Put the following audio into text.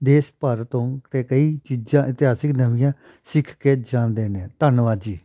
ਦੇਸ਼ ਭਰ ਤੋਂ ਅਤੇ ਕਈ ਚੀਜ਼ਾਂ ਇਤਿਹਾਸਿਕ ਨਵੀਆਂ ਸਿੱਖ ਕੇ ਜਾਂਦੇ ਨੇ ਧੰਨਵਾਦ ਜੀ